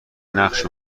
نقش